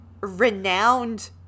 renowned